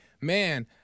man